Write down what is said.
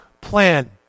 plan